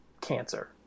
cancer